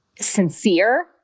sincere